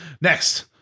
Next